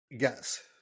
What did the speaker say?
Yes